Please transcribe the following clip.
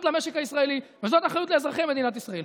למשק הישראלי וזאת אחריות לאזרחי מדינת ישראל.